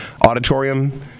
auditorium